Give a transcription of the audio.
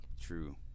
true